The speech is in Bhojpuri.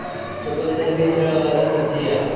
चुकंदर भी जड़ वाला सब्जी हअ